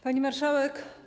Pani Marszałek!